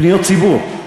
פניות ציבור.